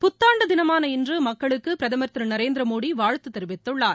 புத்தாண்டுதினமான இன்றுமக்களுக்குபிரதமர் திருநரேந்திரமோடிவாழ்த்துதெரிவித்துள்ளார்